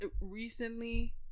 recently